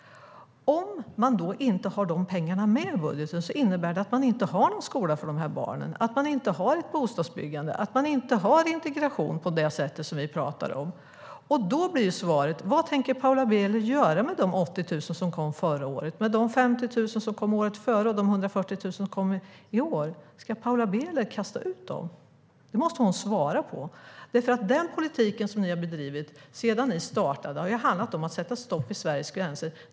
Om man då inte har med de pengarna i budgeten innebär det att man inte har någon skola för de här barnen, att man inte har ett bostadsbyggande, att man inte har integration på det sätt som vi pratar. Då blir frågan: Vad tänker Paula Bieler göra med de 80 000 som kom förra året, de 50 000 som kom året före och de 140 000 som kommer i år? Ska Paula Bieler kasta ut dem? Det måste hon svara på. Den politik som ni har bedrivit sedan ni startade har handlat om att sätta stopp vid Sveriges gränser.